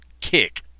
kick